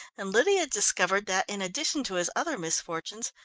and lydia discovered that, in addition to his other misfortunes,